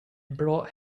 brought